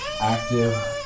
Active